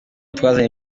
twazanye